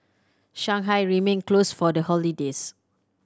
Shanghai remained closed for the holidays